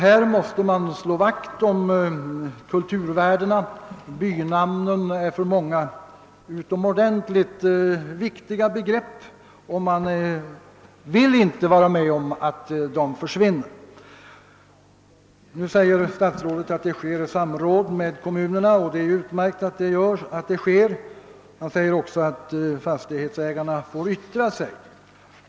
Här måste vi slå vakt om de kulturvärden vi har. Bynamnen är för många människor utomordentligt viktiga begrepp, och man vill inte vara med om att de försvinner. Statsrådet säger nu att det sker samråd med kommunerna, och det är ju bra. Han säger också att fastighetsägarna får yttra sig.